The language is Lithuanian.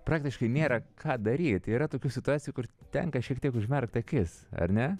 praktiškai nėra ką daryt yra tokių situacijų kur tenka šiek tiek užmerkt akis ar ne